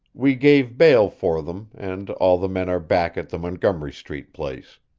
we gave bail for them, and all the men are back at the montgomery street place.